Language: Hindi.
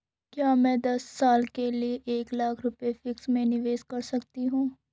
क्या मैं दस साल के लिए एक लाख रुपये फिक्स में निवेश कर सकती हूँ?